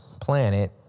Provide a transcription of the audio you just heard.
planet